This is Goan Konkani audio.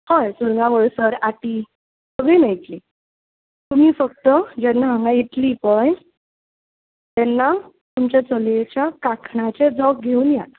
हय सुरंगां वळेसर आटी सगळी मेळट्ली तुमी फक्त जेन्ना हांगां येतली पळय तेन्ना तुमच्या चलयेच्या कांकणाचें जोग घेवन येयात